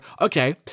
okay